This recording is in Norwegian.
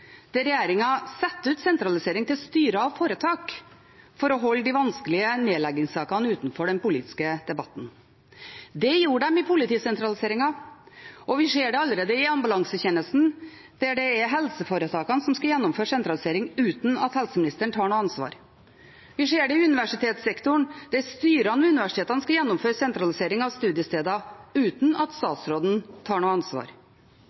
der regjeringen setter ut sentraliseringen til styrer og foretak for å holde de vanskelige nedleggingssakene utenfor den politiske debatten. Det gjorde de i politisentraliseringen, og vi ser det allerede i ambulansetjenesten, der det er helseforetakene som skal gjennomføre sentraliseringen, uten at helseministeren tar noe ansvar. Vi ser det i universitetssektoren, der styrene ved universitetene skal gjennomføre sentralisering av studiesteder, uten at statsråden tar noe ansvar.